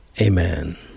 Amen